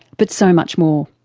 but so much more.